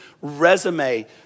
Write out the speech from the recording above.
resume